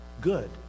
good